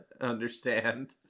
understand